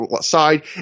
side